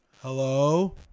Hello